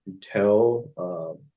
tell